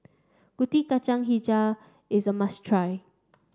Kuih Kacang Hijau is a must try